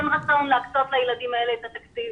אין רצון להקצות לילדים האלה את התקציב.